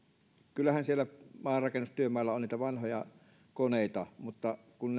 kyllähän siellä maanrakennustyömailla on niitä vanhoja koneita mutta kun